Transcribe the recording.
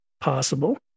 possible